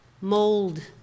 mold